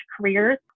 careers